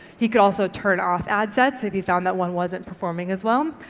he could also turn off ad set, so if he found that one wasn't performing as well.